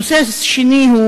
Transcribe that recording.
הנושא השני,